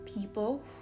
people